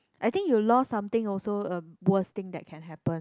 I think you lost something also uh worst thing that can happen